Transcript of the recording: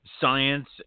science